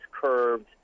curbed